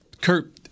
Kurt